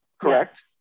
correct